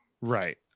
Right